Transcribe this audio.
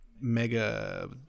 mega